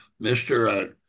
Mr